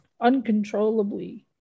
uncontrollably